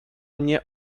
mnie